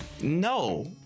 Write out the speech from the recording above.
No